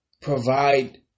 provide